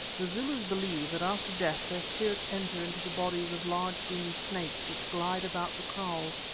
the zulus believe that after death their spirits enter into the bodies of large green snakes, which glide about the kraals.